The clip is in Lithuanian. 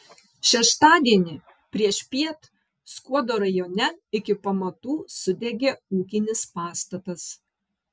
šeštadienį priešpiet skuodo rajone iki pamatų sudegė ūkinis pastatas